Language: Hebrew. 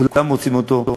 כולם רוצים אותו.